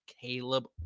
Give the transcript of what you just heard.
Caleb